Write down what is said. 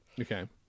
Okay